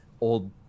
old